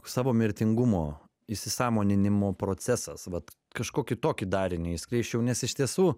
savo mirtingumo įsisąmoninimo procesas vat kažkokį tokį darinį išskleisčiau nes iš tiesų